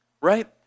right